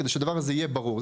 כדי שהדבר הזה יהיה ברור.